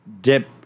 dip